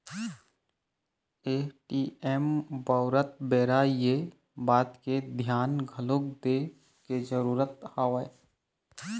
ATM बउरत बेरा ये बात के धियान घलोक दे के जरुरत हवय